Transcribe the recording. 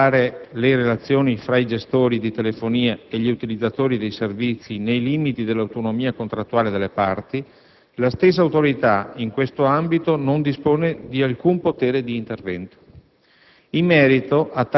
il compito di regolare le relazioni fra i gestori di telefonia e gli utilizzatori dei servizi nei limiti dell'autonomia contrattuale delle parti, la stessa Autorità, in questo ambito, non dispone di alcun potere di intervento.